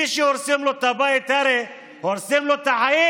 מי שהורסים לו את הבית, הורסים לו את החיים,